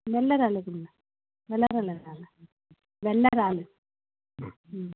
வெள்ளை இறால்லே கொடுங்க வெள்ளை இறாலு என்ன வெலை வெள்ளை இறாலு ம்